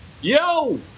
Yo